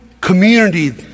community